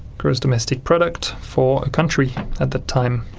gross domestic product, for a country at that time.